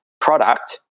product